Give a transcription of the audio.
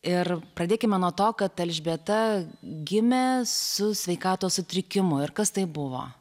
ir pradėkime nuo to kad elžbieta gimė su sveikatos sutrikimu ir kas tai buvo